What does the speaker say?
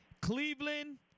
Cleveland